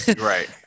right